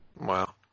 Wow